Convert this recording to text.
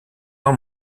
moi